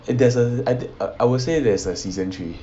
if there's a I would say that there's a season three